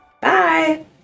Bye